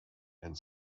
and